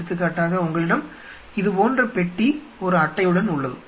எடுத்துக்காட்டாக உங்களிடம் இது போன்ற பெட்டி ஒரு அட்டையுடன் உள்ளது